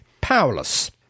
Powerless